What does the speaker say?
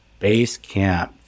Basecamp